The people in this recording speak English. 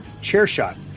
CHAIRSHOT